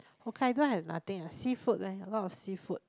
Hokkaido have nothing seafood leh a lot of seafood